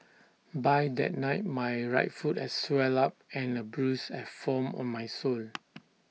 by that night my right foot had swelled up and A bruise had formed on my sole